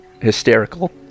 hysterical